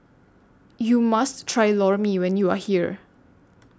YOU must Try Lor Mee when YOU Are here